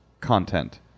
content